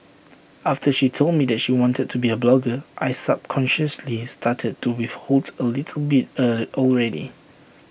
after she told me that she wanted to be A blogger I subconsciously started to withhold A little bit A already